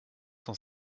cent